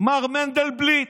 מר מנדלבליט,